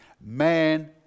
man